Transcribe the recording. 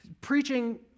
preaching